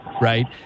right